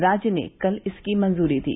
राज्यसभा ने कल इसकी मंजूरी दी